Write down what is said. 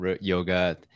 yoga